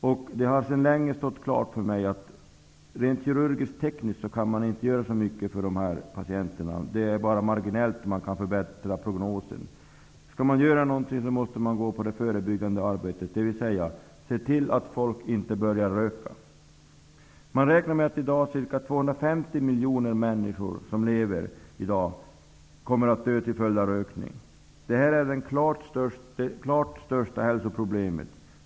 Det har sedan länge stått klart för mig att man rent kirurgiskt-tekniskt inte kan göra så mycket för dessa patienter. Man kan bara marginellt förbättra prognosen. Om man skall göra något måste det ske i det förebyggande arbetet, dvs. att se till att människor inte börjar röka. Man räknar med att ca 250 miljoner människor som i dag lever kommer att dö till följd av rökning. Det här är det klart största hälsoproblemet.